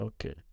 Okay